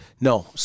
No